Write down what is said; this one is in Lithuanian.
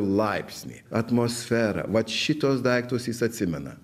laipsnį atmosferą vat šituos daiktus jis atsimena